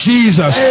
Jesus